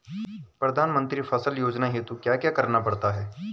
प्रधानमंत्री फसल योजना हेतु क्या क्या करना पड़ता है?